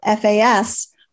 FAS